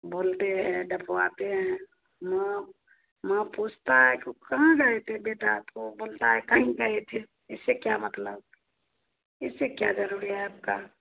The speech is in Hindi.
बोलते हैं डँटवाते हैं माँ माँ पूछता है तुम कहाँ गए थे बेटा तो वह बोलता है कहीं गए थे इस से क्या मतलब इस से क्या ज़रूरी है आपका